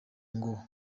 ngo